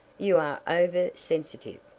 you are over-sensitive.